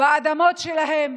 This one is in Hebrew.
באדמות שלהם,